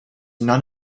none